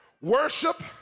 Worship